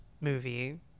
movie